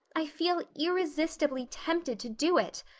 i feel irresistibly tempted to do it.